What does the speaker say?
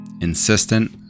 Insistent